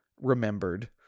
remembered